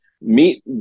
meet